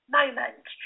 moment